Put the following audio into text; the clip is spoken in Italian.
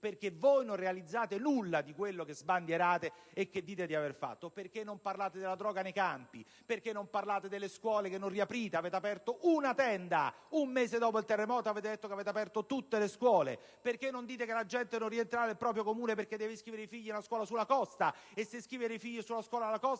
centri - e non realizzate nulla di quello che sbandierate e che dite di aver fatto? Perché non parlate della droga nei campi e delle scuole che non riaprite? Avete aperto una tenda un mese dopo il terremoto e avete detto che avevate aperto tutte le scuole. Perché non dite che la gente non rientra nel proprio Comune perché deve iscrivere i figli nella scuola sulla costa e per farlo deve lavorare